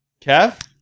Kev